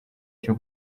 cyo